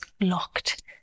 locked